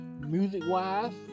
Music-wise